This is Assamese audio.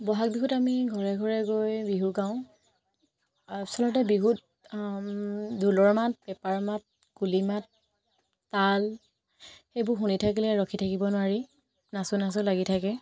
বহাগ বিহুত আমি ঘৰে ঘৰে গৈ বিহু গাওঁ আচলতে বিহুত ঢোলৰ মাত পেঁপাৰ মাত কুলিৰ মাত তাল সেইবোৰ শুনি থাকিলে ৰখি থাকিব নোৱাৰি নাচো নাচো লাগি থাকে